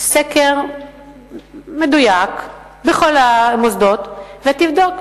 סקר מדויק בכל המוסדות ותבדוק.